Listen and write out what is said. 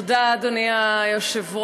תודה, אדוני היושב-ראש.